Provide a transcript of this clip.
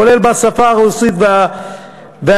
כולל בשפה הרוסית והערבית,